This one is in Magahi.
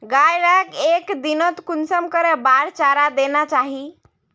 गाय लाक एक दिनोत कुंसम करे बार चारा देना चही?